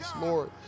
Lord